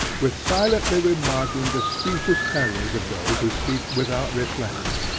with silently remarking, the specious errors of those who speak without reflecting.